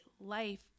life